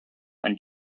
and